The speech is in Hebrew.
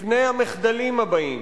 לפני המחדלים הבאים,